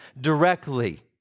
directly